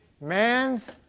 man's